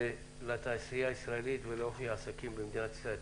כמה שאפשר לתעשייה הישראלית ולאופי העסקים במדינת ישראל.